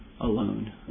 alone